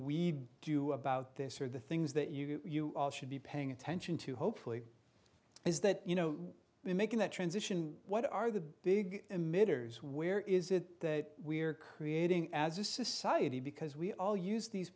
we do about this are the things that you should be paying attention to hopefully is that you know making that transition what are the big emitters where is it that we're creating as a society because we all use these